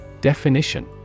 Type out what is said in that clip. Definition